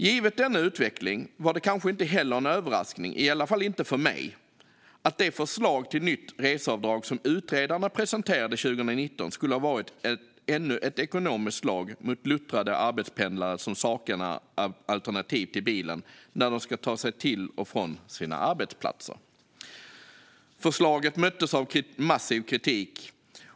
Givet denna utveckling var det kanske inte heller en överraskning, varje fall inte för mig, att det förslag till nytt reseavdrag som utredarna presenterade 2019 skulle vara ännu ett ekonomiskt slag mot luttrade arbetspendlare som saknar alternativ till bilen när de ska ta sig till och från sina arbetsplatser. Förslaget möttes av massiv kritik.